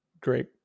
Great